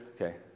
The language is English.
Okay